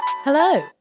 Hello